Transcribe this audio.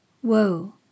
whoa